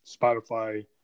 Spotify